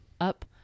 up